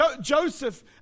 Joseph